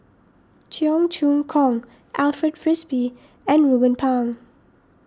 Cheong Choong Kong Alfred Frisby and Ruben Pang